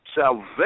salvation